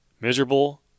miserable